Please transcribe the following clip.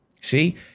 See